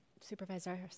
Supervisor